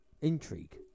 intrigue